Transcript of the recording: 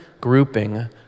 grouping